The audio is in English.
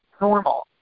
normal